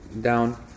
down